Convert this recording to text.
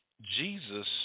Jesus